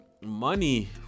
money